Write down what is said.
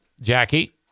Jackie